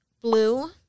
Blue